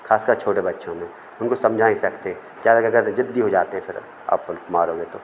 ख़ासकर छोटे बच्चों में उनको समझा नहीं सकते ज़्यादा से ज़्यादा ज़िद्दी हो जाते हैं फिर अपन मारोगे तो